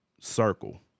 circle